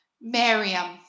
Miriam